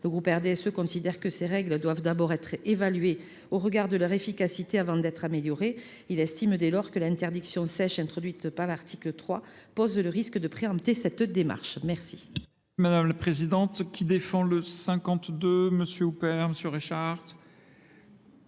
Le groupe RDSE considère que ces règles doivent d'abord être évaluées au regard de leur efficacité avant d'être améliorées. Il estime dès lors que l'interdiction sèche, introduite par l'article 3, pose le risque de préempter cette démarche. Merci. Madame la Présidente, qui défend le 52, monsieur Houpert, monsieur Richard ?